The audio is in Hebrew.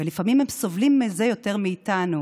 ולפעמים הם סובלים מזה יותר מאיתנו,